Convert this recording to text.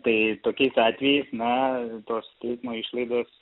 tai tokiais atvejais na tos tiesmo išlaidos